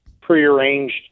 prearranged